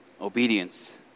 obedience